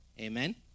Amen